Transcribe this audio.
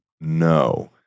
No